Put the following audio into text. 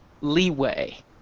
leeway